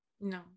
No